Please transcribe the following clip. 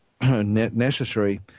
necessary